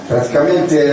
Praticamente